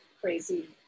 crazy